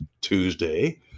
Tuesday